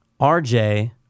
RJ